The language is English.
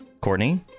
Courtney